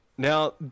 Now